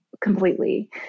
completely